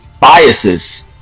biases